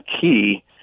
key